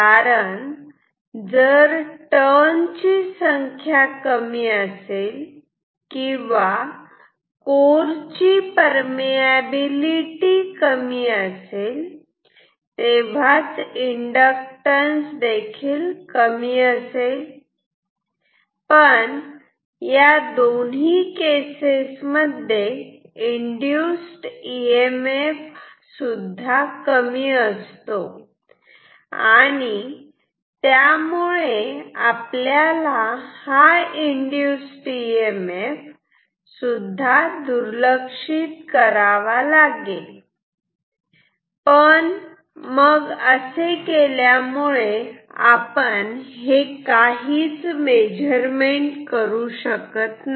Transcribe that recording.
कारण जर टर्न ची संख्या कमी असेल किंवा कोर ची परमियाबिलिटी कमी असेल तेव्हाच इंडक्टॅन्स कमी असेल पण या दोन्ही केसेस मध्ये इंड्युस इ एम एफ सुद्धा कमी असतो आणि त्यामुळे आपल्याला हा इंड्युस इ एम एफ सुद्धा दुर्लक्षित करावा लागेल पण मग आपण हे असे काहीच मेजरमेंट करू शकत नाही